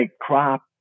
crop